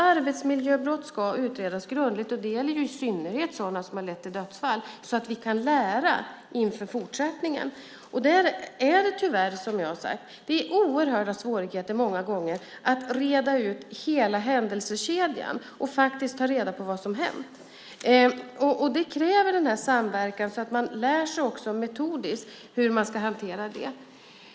Arbetsmiljöbrott ska utredas grundligt. Det gäller i synnerhet sådana som har lett till dödsfall så att vi kan lära inför fortsättningen. Tyvärr är det många gånger oerhörda svårigheter att reda ut hela händelsekedjan och ta reda på vad som faktiskt hänt. Det kräver samverkan så att man också lär sig metodiskt hur man ska hantera det.